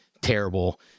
terrible